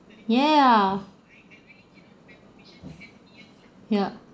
ya ya yup